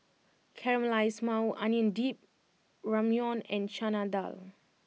Caramelized Maui Onion Dip Ramyeon and Chana Dal